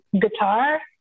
guitar